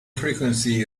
frequency